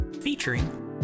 featuring